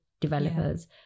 developers